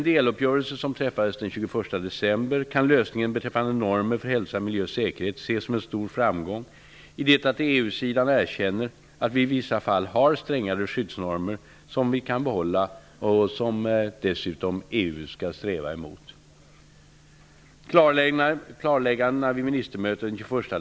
december kan lösningen beträffande normer för hälsa säkerhet ses som en stor framgång i det att EU-sidan erkänner att vi i vissa fall har strängare skyddsnormer som vi kan behålla och som EU dessutom skall sträva mot.